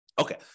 Okay